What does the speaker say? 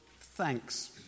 thanks